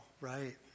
right